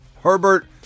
Herbert